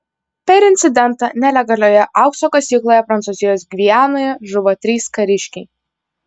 per incidentą nelegalioje aukso kasykloje prancūzijos gvianoje žuvo trys kariškiai